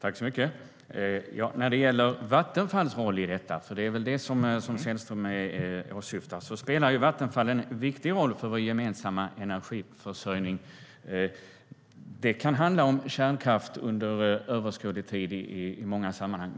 Herr talman! Vattenfall spelar en viktig roll för vår gemensamma energiförsörjning. Det är väl det som Sällström åsyftar. Det kan handla om kärnkraft under överskådlig tid i många sammanhang.